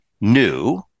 new